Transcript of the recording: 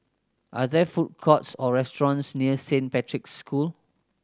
are there food courts or restaurants near Saint Patrick's School